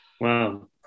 wow